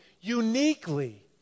uniquely